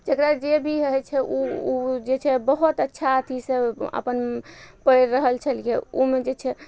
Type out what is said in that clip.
जकरा जे भी होइ छै उ जे छै बहुत अच्छा अथीसँ अपन पढ़ि रहल छलियै उमे जे छै